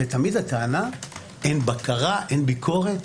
ותמיד הטענה: אין בקרה, אין ביקורת.